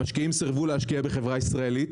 המשקיעים סירבו להשקיע בחברה ישראלית